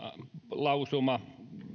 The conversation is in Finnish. lausuma